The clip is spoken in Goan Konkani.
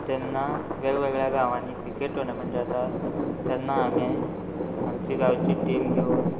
जेन्ना वेगवेगळ्या गांवांनी क्रिकेट टॉर्नामेंट जातात तेन्ना आमी आमची गांवची टीम घेवन